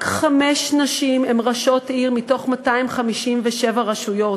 רק חמש נשים הן ראשות עיר, מתוך 257 רשויות.